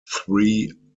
three